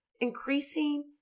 increasing